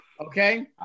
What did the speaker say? Okay